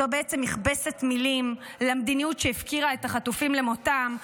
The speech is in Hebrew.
זו בעצם מכבסת מילים למדיניות שהפקירה את החטופים למדיניות למותם,